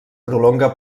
prolonga